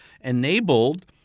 enabled